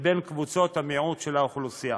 מבין קבוצות המיעוט של האוכלוסייה.